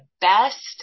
best